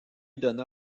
donna